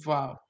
Wow